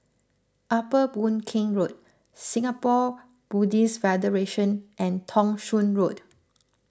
Upper Boon Keng Road Singapore Buddhist Federation and Thong Soon Road